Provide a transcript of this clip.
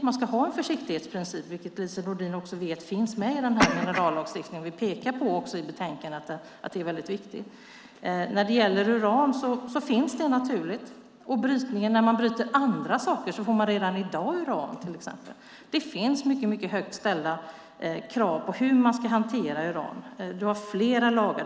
Man ska ha en försiktighetsprincip, vilket Lise Nordin också vet finns med i denna minerallagstiftning. Vi pekar också i betänkandet på att det är mycket viktigt. När det gäller uran finns det naturligt, och när man bryter andra saker får man redan i dag till exempel uran. Det finns mycket högt ställda krav på hur man ska hantera uran. Vi har flera lagar.